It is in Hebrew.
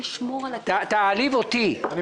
תעליב אותי,